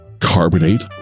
carbonate